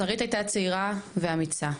שרית הייתה צעירה ואמיצה,